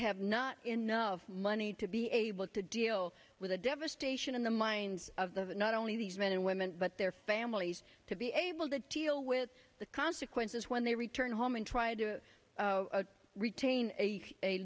have not enough money to be able to deal with the devastation in the minds of the not only these men and women but their families to be able to deal with the consequences when they return home and try to retain a